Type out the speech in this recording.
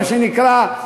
מה שנקרא,